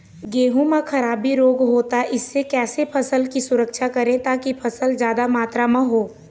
गेहूं म खराबी रोग होता इससे कैसे फसल की सुरक्षा करें ताकि फसल जादा मात्रा म हो?